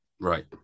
Right